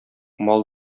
мал